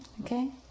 Okay